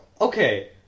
Okay